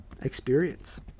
experience